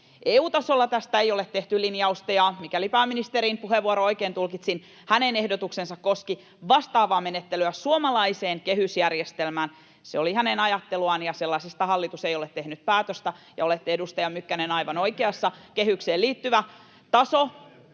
EU-tasolla tästä ei ole tehty linjausta, ja mikäli pääministerin puheenvuoroa oikein tulkitsin, hänen ehdotuksensa koski vastaavaa menettelyä suomalaiseen kehysjärjestelmään. Se oli hänen ajatteluaan, ja sellaisesta hallitus ei ole tehnyt päätöstä. Olette, edustaja Mykkänen, aivan oikeassa: kehykseen liittyvä taso